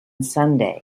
sunday